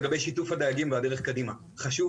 לגבי שיתוף הדייגים והדרך קדימה חשוב